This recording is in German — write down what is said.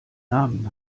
namen